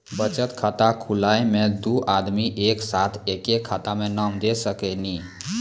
बचत खाता खुलाए मे दू आदमी एक साथ एके खाता मे नाम दे सकी नी?